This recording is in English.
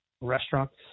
restaurants